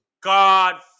god